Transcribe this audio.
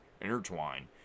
intertwine